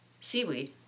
seaweed